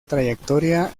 trayectoria